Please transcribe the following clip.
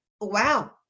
Wow